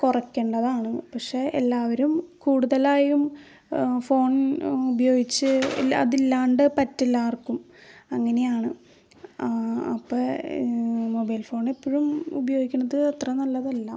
കുറയ്ക്കേണ്ടതാണ് പക്ഷേ എല്ലാവരും കൂടുതലായും ഫോൺ ഉപയോഗിച്ച് അതില്ലാണ്ട് പറ്റില്ല ആർക്കും അങ്ങനെയാണ് അപ്പം മൊബൈൽ ഫോണെപ്പഴും ഉപയോഗിക്കുന്നത് അത്ര നല്ലതല്ല